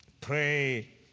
Pray